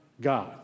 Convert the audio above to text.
God